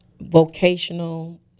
vocational